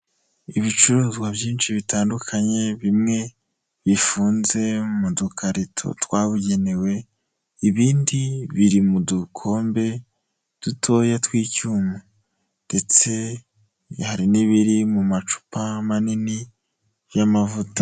Ibicuruzwa byinshi bitandukanye bimwe bifunze mu dukarito twabugenewe, ibindi biri mu dukombe dutoya tw'icyuma ndetse hari n'ibiri mu macupa manini y'amavuta.